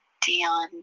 Dion